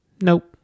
nope